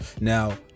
Now